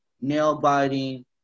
nail-biting